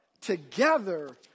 together